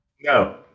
No